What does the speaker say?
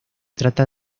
trata